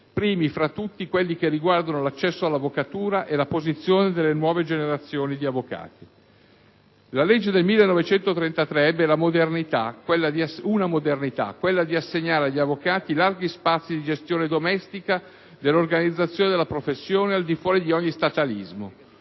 primi fra tutti quelli che riguardano l'accesso all'avvocatura e la posizione delle nuove generazioni di avvocati. La legge del 1933 ebbe una "modernità": quella di assegnare agli avvocati larghi spazi di gestione domestica dell'organizzazione della professione, al di fuori di ogni statalismo.